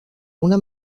una